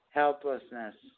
helplessness